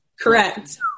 Correct